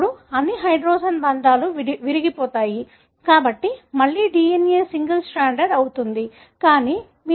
అప్పుడు అన్ని హైడ్రోజన్ బంధాలు విరిగిపోతాయి కాబట్టి మళ్ళీ DNA సింగిల్ స్ట్రాండెడ్ అవుతుంది